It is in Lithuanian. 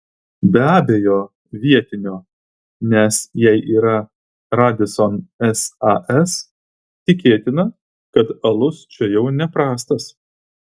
be abejo vietinio nes jei yra radisson sas tikėtina kad alus čia jau neprastas